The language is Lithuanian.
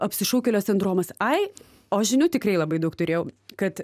apsišaukėlio sindromas ai o žinių tikrai labai daug turėjau kad